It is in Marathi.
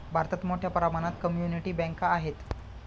भारतात मोठ्या प्रमाणात कम्युनिटी बँका आहेत